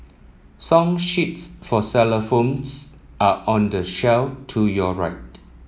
song sheets for xylophones are on the shelf to your right